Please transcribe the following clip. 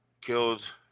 killed